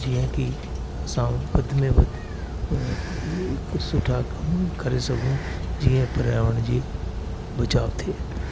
जीअं की असां वध में वधि हिक सुठा कम करे सघूं जीअं पर्यावरण जी बचाव थिए